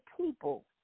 people